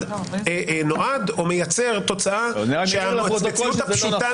נועד או מייצר תוצאה שהמציאות הפשוטה